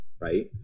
right